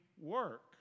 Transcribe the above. work